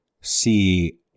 see